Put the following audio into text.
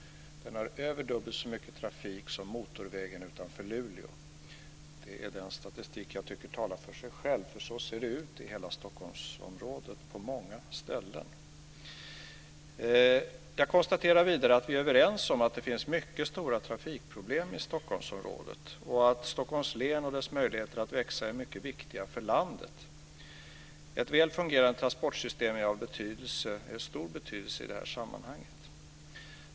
Den har över dubbelt så mycket trafik som motorvägen utanför Luleå. Den statistiken talar för sig själv. Så ser det ut på många ställen i hela Stockholmsområdet. Jag konstaterar vidare att vi är överens om att det finns mycket stora trafikproblem i Stockholmsområdet. Stockholms län och dess möjligheter att växa är mycket viktiga för landet. Ett väl fungerande transportsystem är av stor betydelse i detta sammanhang.